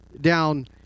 down